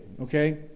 okay